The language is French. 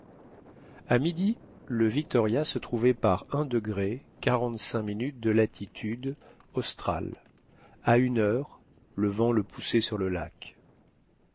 a midi le victoria se trouvait par de latitude australe à une heure le vent le poussait sur le lac